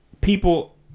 People